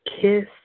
kiss